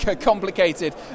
complicated